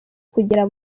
kugera